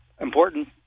important